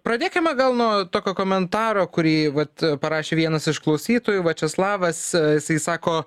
pradėkime gal nuo tokio komentaro kurį vat parašė vienas iš klausytojų vačeslavas jisai sako